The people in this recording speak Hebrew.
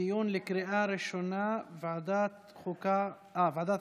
דיון בקריאה ראשונה בוועדת הכלכלה.